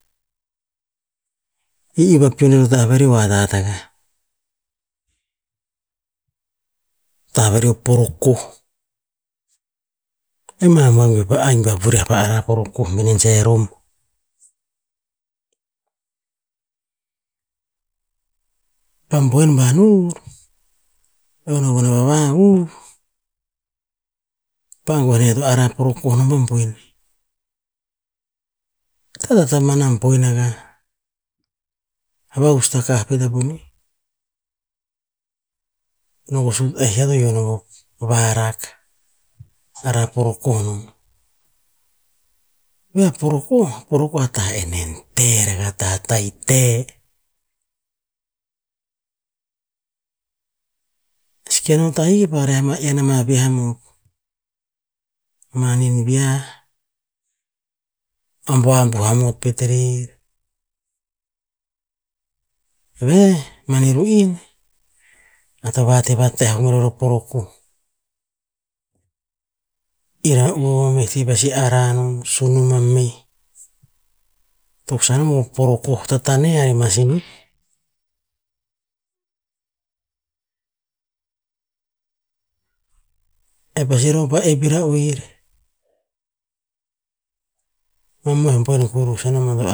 Ih iuh vapiun o tah vari o hathat akah. Tah varih a porokoh, e ma vangeo pa aing vavuriah pa arah porokoh menen jerome. Pa buen ban uur, eo e no ban a va vahur, eo pa angue ya to arah porokoh nom pa boen, ta ta mana boen akah, o vahus takah a ponih, no ko sut en ya to ioh non pa varak, arah porokoh nom. E veh a porokoh, porokoh a ta enen te rara a tatai teh. Seke no tahi pah ria ma iyan ama viah amot, ama nin viah, ambu am buh amot pet rer, veh mani ru'en, a tava te va teh a roror a porokoh. Era'u meh ti pasi arah non, sunum a meh, toksan o bah porokoh tatane ama sinih, e pasi ror pa epira oer. Mamoeh boer kurus, enamban